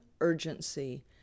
urgency